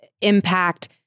impact